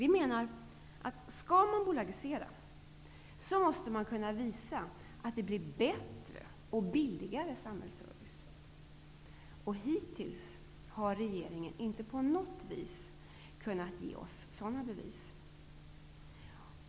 Vi menar att om en bolagisering skall ske måste det gå att påvisa att det blir bättre och billigare samhällsservice som resultat. Hittills har regeringen inte på något vis kunna ge oss sådana bevis.